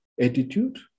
attitude